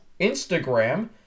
Instagram